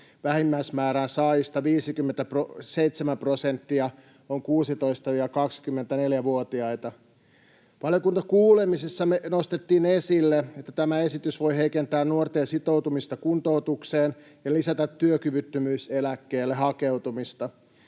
vähimmäismäärän saajista 57 prosenttia on 16—24-vuotiaita. Valiokuntakuulemisessamme nostettiin esille, että tämä esitys voi heikentää nuorten sitoutumista kuntoutukseen ja lisätä työkyvyttömyyseläkkeelle hakeutumista.